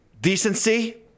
decency